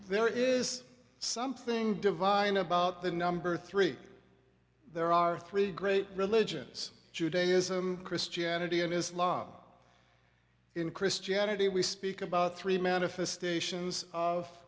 there is something divine about the number three there are three great religions judaism christianity and islam in christianity we speak about three manifestations of